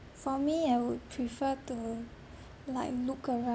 for me I would prefer to like look around